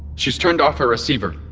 she's turned off her receiver.